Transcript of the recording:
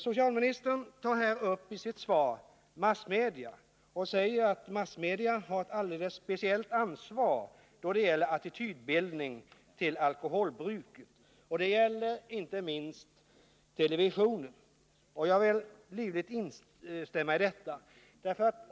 Socialministern pekar i sitt svar på massmedia och säger att massmedia, inte minst televisionen, har ett alldeles speciellt ansvar då det gäller attitydbildning i fråga om alkoholbruket. Jag vill livligt instämma i detta.